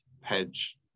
hedge